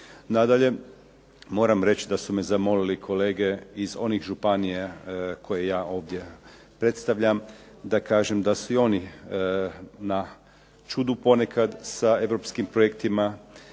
Nadalje, moram reći da su me zamolili kolege iz onih županija koje ja ovdje predstavljam, da kažem da su i oni na čudu ponekad sa europskim projektima.